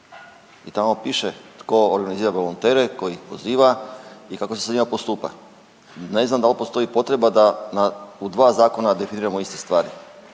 Tamo piše tko organizira volontere, tko ih poziva i kako se s njima postupa? Ne znam da li postoj potreba da na, u 2 zakona definiramo iste stvari.